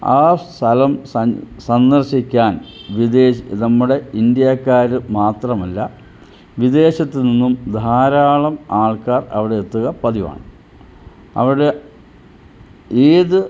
ആ സ്ഥലം സന്ദർശിക്കാൻ വിദേശം നമ്മുടെ ഇന്ത്യക്കാർ മാത്രമല്ല വിദേശത്തുനിന്നും ധാരാളം ആൾക്കാർ അവിടെ എത്തുക പതിവാണ് അവിടെ ഏത്